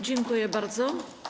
Dziękuję bardzo.